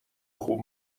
خوب